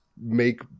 make